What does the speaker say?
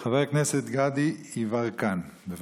חבר הכנסת גדי יברקן, בבקשה.